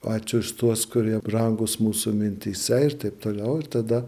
ačiū už tuos kurie brangūs mūsų mintyse ir taip toliau ir tada